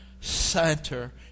center